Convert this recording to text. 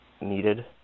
needed